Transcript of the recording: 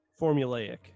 Formulaic